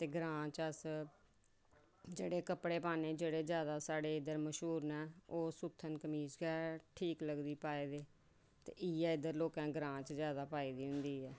ते ग्रांऽ च अस जेह्ड़े कपड़े पाने जेह्ड़े जादै साढ़े इद्धर मश्हूर न ओह् सुत्थन कमीज़ गै ठीक लगदी पाए दे ते इयै लोकें जादै इद्धर ग्राएं च लोकें पाई दी होंदी ऐ